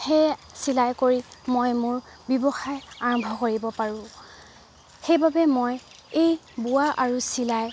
সেই চিলাই কৰি মই মোৰ ব্যৱসায় আৰম্ভ কৰিব পাৰোঁ সেইবাবে মই এই বোৱা আৰু চিলাইৰ